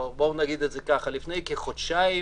לפני כחודשיים